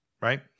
Right